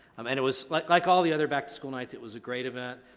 um and it was, like like all the other back-to-school nights, it was a great event.